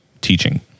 teaching